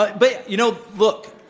but but, you know, look,